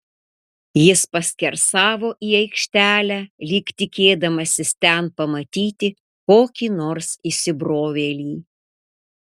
jis paskersavo į aikštelę lyg tikėdamasis ten pamatyti kokį nors įsibrovėlį